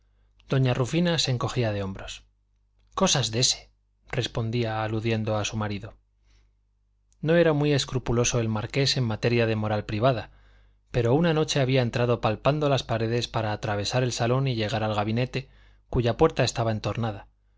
doña rufina se encogía de hombros cosas de ese respondía aludiendo a su marido no era muy escrupuloso el marqués en materia de moral privada pero una noche había entrado palpando las paredes para atravesar el salón y llegar al gabinete cuya puerta estaba entornada